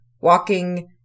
Walking